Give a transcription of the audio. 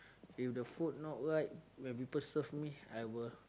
if the food not right when people serve me I will